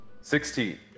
Sixteen